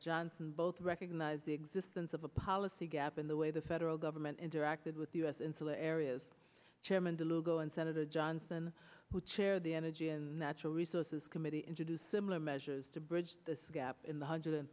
johnson both recognize the existence of a policy gap in the way the federal government interacted with us insular areas chairman the logo and senator johnson who chaired the energy and natural resources committee introduced similar measures to bridge this gap in the hundred and